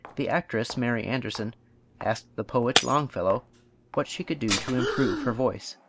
the actress mary anderson asked the poet longfellow what she could do to improve her voice.